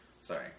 Sorry